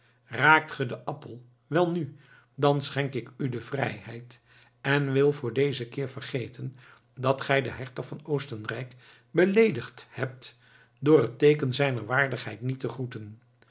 raakt ge den appel welnu dan schenk ik u de vrijheid en wil voor dezen keer vergeten dat gij den hertog van oostenrijk beleedigd hebt door het teeken zijner waardigheid niet te groeten